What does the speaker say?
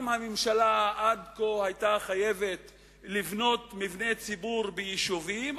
אם עד כה הממשלה היתה חייבת לבנות מבני ציבור ביישובים,